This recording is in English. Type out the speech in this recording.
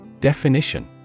Definition